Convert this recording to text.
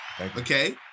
Okay